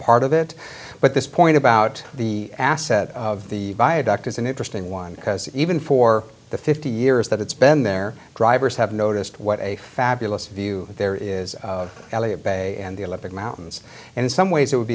part of it but this point about the asset of the viaduct is an interesting one because even for the fifty years that it's been there drivers have noticed what a fabulous view there is elliott bay and the olympic mountains and in some ways it would